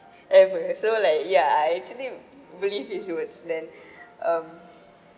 ever so like ya I actually believe his words then um